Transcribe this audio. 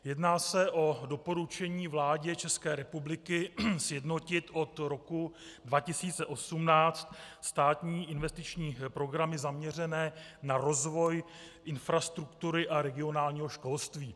Jedná se o doporučení vládě České republiky sjednotit od roku 2018 státní investiční programy zaměřené na rozvoj infrastruktury a regionálního školství.